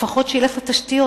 לפחות שילך לתשתיות,